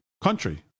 country